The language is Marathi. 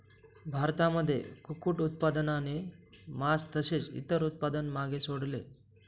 भारतामध्ये कुक्कुट उत्पादनाने मास तसेच इतर उत्पादन मागे सोडले